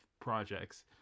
projects